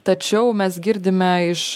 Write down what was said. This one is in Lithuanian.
tačiau mes girdime iš